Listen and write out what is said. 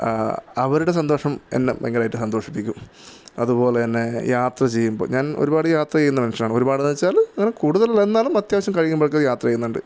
അവരുടെ സന്തോഷം എന്നെ ഭയങ്കരമായിട്ട് സന്തോഷിപ്പിക്കും അതുപോലെ തന്നെ യാത്ര ചെയ്യുമ്പോൾ ഞാൻ ഒരുപാട് യാത്ര ചെയ്യുന്ന മനുഷ്യനാണ് ഒരുപാടെന്ന് വെച്ചാൽ അങ്ങനെ കൂടുതലൊന്നുല്ല എന്നാലും അത്യാവശ്യം കഴിയുമ്പോഴൊക്കെ യാത്ര ചെയ്യുന്നുണ്ട്